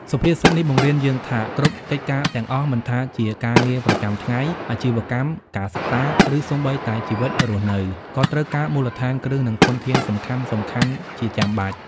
សុភាសិតនេះបង្រៀនយើងថា គ្រប់កិច្ចការទាំងអស់ មិនថាជាការងារប្រចាំថ្ងៃ អាជីវកម្ម ការសិក្សា ឬសូម្បីតែជីវិតរស់នៅ ក៏ត្រូវការមូលដ្ឋានគ្រឹះ និងធនធានសំខាន់ៗជាចាំបាច់។